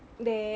there